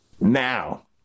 now